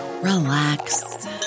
relax